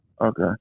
Okay